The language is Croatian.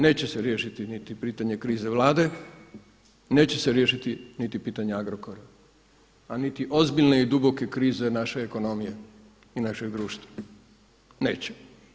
Neće se riješiti niti pitanje krize Vlade, neće se riješiti niti pitanje Agrokora, a niti ozbiljne i duboke krize naše ekonomije i našeg društva, neće.